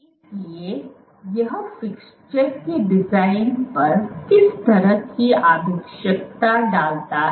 इसलिए यह फिक्स्चर के डिजाइन पर किस तरह की आवश्यकता डालता है